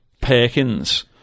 Perkins